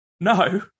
No